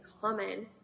common